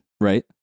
Right